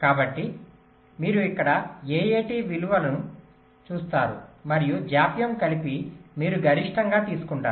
కాబట్టి మీరు ఇక్కడ AAT విలువలను చూస్తారు మరియు జాప్యం కలిపి మీరు గరిష్టంగా తీసుకుంటారు